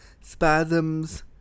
spasms